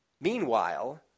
Meanwhile